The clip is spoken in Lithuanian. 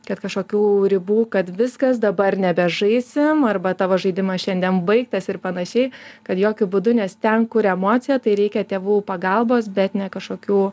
kad kažkokių ribų kad viskas dabar nebežaisim arba tavo žaidimas šiandien baigtas ir panašiai kad jokiu būdu nes ten kur emocija tai reikia tėvų pagalbos bet ne kažkokių